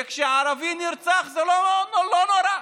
כשערבי נרצח זה לא נורא.